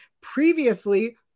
previously